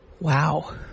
Wow